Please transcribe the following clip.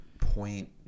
point